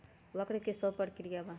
वक्र कि शव प्रकिया वा?